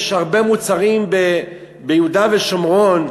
יש הרבה מוצרים ביהודה ושומרון,